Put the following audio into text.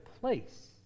place